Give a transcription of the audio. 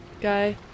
guy